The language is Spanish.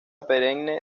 perenne